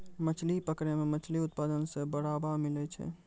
मछली पकड़ै मे मछली उत्पादन मे बड़ावा मिलै छै